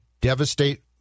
devastate